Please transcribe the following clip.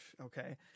okay